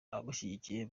abamushyigikiye